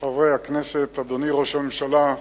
חברי הכנסת, אדוני ראש הממשלה,